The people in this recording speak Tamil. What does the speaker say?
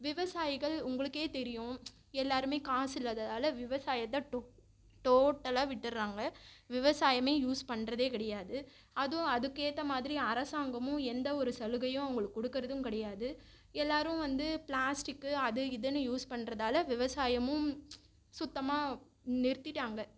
விவசாயிகள் உங்களுக்கே தெரியும் எல்லோருமே காசு இல்லாததால் விவசாயத்தை டொக் டோட்டலாக விட்டுர்றாங்க விவசாயமே யூஸ் பண்ணுறதே கிடையாது அதுவும் அதுக்கேற்ற மாதிரி அரசாங்கமும் எந்த ஒரு சலுகையும் அவங்களுக்கு கொடுக்கறதும் கிடையாது எல்லோரும் வந்து பிளாஸ்டிக்கு அது இதுன்னு யூஸ் பண்ணுறதால விவசாயமும் சுத்தமாக நிறுத்திட்டாங்கள்